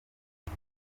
ndi